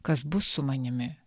kas bus su manimi